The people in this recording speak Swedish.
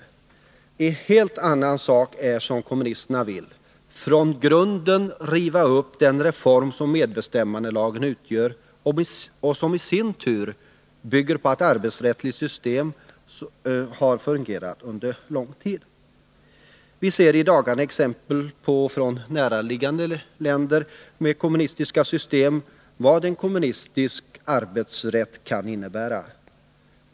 Det är en helt annan sak, som kommunisterna vill, att från grunden riva upp den reform som medbestämmandelagen utgör och som i sin tur bygger på ett arbetsrättsligt system som har fungerat under lång tid. Vi ser i dagarna exempel, från närliggande länder med kommunistiska system, på vad en kommunistisk ”arbetsrätt” kan innebära.